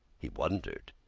he wondered,